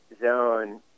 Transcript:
zone